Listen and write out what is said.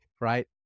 Right